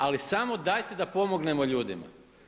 Ali samo dajte da pomognemo ljudima.